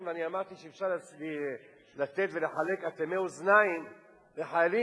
ואני אמרתי שאפשר לתת ולחלק אטמי אוזניים לחיילים,